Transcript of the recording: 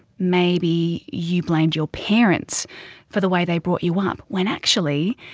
maybe you blamed your parents for the way they brought you up when actually,